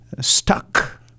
stuck